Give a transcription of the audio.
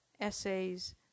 essays